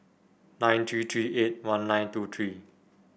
nine three three eight one nine two three